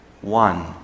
one